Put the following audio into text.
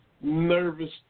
nervous